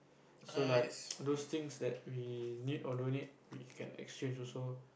so like those things that we need or don't need we can exchange also